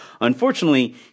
unfortunately